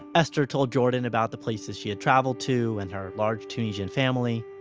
esther told jordan about the places she had traveled to, and her large tunisian family.